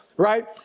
Right